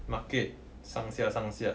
market 上下上下